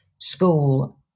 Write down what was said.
school